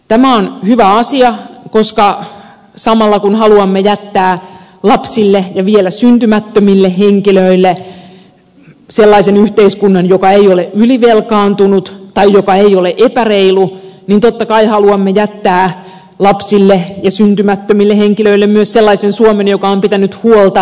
tämä on hyvä asia koska samalla kun haluamme jättää lapsille ja vielä syntymättömille henkilöille sellaisen yhteiskunnan joka ei ole ylivelkaantunut tai joka ei ole epäreilu niin totta kai haluamme jättää lapsille ja syntymättömille henkilöille myös sellaisen suomen joka on pitänyt huolta lajirikkaudestaan